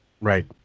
Right